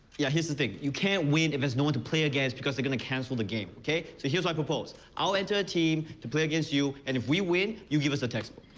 yeah, here's the thing you can't win if there's no one to play against because they're going to cancel the game, ok? so here's what i propose i'll enter a team to play against you and if we win you give us the textbook.